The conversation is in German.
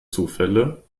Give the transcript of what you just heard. zufälle